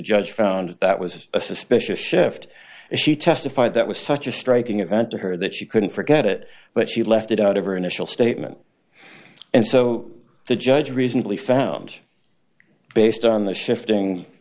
judge found that was a suspicious shift and she testified that was such a striking event to her that she couldn't forget it but she left it out of her initial statement and so the judge reasonably found based on the shifting